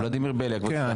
ולדימיר בליאק, בבקשה.